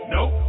Nope